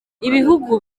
ibihugu